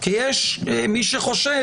כי יש מי שחושב